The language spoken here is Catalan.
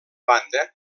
banda